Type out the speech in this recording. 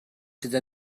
gyda